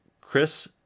Chris